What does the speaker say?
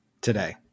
today